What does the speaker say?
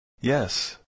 Yes